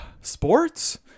Sports